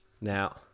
Now